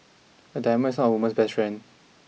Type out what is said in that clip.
a diamond is not a woman's best friend